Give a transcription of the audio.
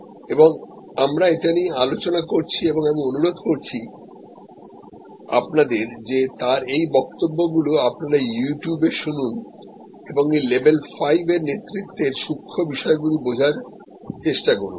এবং আমরা এটা নিয়ে আলোচনা করছি এবং আমি অনুরোধ করছি আপনাদের যে তার এই বক্তব্যগুলি আপনারা ইউটিউবে শুনুনএবং এই level 5 নেতৃত্বের সূক্ষ্ম বিষয়গুলো বোঝার চেষ্টা করুন